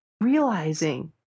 realizing